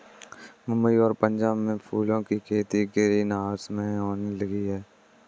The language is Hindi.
मुंबई और पंजाब में फूलों की खेती ग्रीन हाउस में होने लगी है